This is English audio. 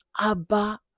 Abba